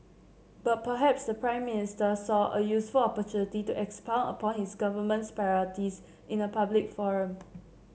but perhaps the Prime Minister saw a useful opportunity to expound upon his government's priorities in a public forum